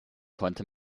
konnte